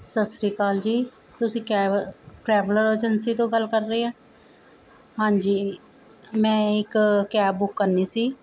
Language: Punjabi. ਸਤਿ ਸ਼੍ਰੀ ਅਕਾਲ ਜੀ ਤੁਸੀਂ ਟਰੈ ਟਰੈਵਲ ਏਜੰਸੀ ਤੋਂ ਗੱਲ ਕਰ ਰਹੇ ਹਾਂ ਹਾਂਜੀ ਮੈਂ ਇੱਕ ਕੈਬ ਬੁੱਕ ਕਰਨੀ ਸੀ